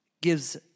gives